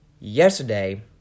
Yesterday